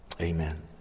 Amen